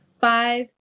Five